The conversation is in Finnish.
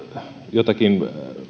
jotakin